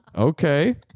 Okay